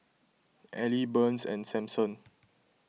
Elie Burns and Samson